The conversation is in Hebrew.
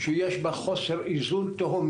צריך להיות עיקרון ודוגמה.